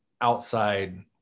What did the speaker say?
outside